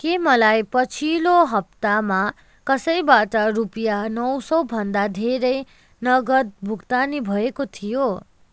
के मलाई पछिल्लो हप्तामा कसैबाट रुपियाँ नौ सौ भन्दा धेर नगद भुक्तानी भएको थियो